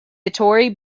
ettore